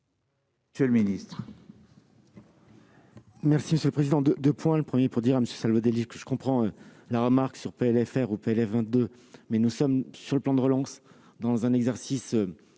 monsieur le ministre,